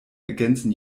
ergänzen